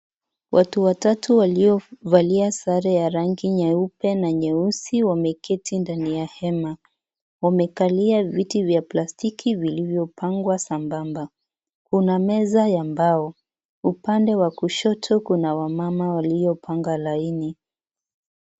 Watu watatu waliovalia sare ya rangi nyeupe na nyeusi wameketi ndani ya hema. Wamekalia viti vya plastiki vilivyopangwa sambamba. Kuna meza ya mbao, upande wa kushoto kuna wamama waliopanga laini.